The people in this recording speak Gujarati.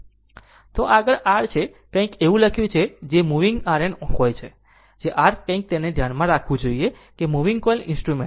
તો આગળ r છે કંઈક એવું લખ્યું છે જે મુવીગ આર્યન હોય છે જ્યાં r કંઈક તેને ધ્યાનમાં રાખવું જોઈએ કે મુવીગ કોઈલ ઇન્સ્ટ્રુમેન્ટ છે